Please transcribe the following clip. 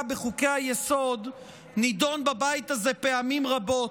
בחוקי-היסוד נדון בבית הזה פעמים רבות.